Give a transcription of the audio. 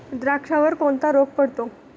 द्राक्षावर कोणता रोग पडतो?